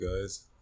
guys